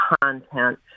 content